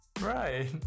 Right